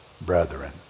brethren